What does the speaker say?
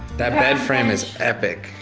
that bed frame is epic.